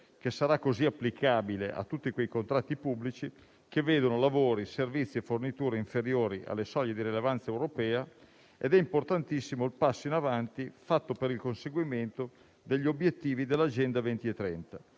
che sarà così applicabile a tutti quei contratti pubblici che vedono lavori, servizi e forniture inferiori alle soglie di rilevanza europea. Importantissimo è il passo in avanti fatto per il conseguimento degli obiettivi dell'Agenda 2030,